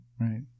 right